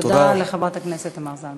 תודה לחברת הכנסת תמר זנדברג.